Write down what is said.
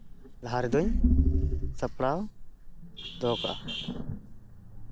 ᱞᱟᱦᱟ ᱨᱮᱫᱚᱧ ᱥᱟᱯᱲᱟᱣ ᱫᱚᱦᱚ ᱠᱟᱜᱼᱟ